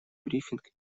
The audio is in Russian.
брифинг